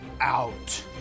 out